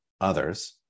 others